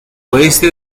oeste